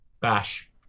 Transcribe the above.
bash